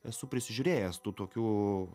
esu prisižiūrėjęs tų tokių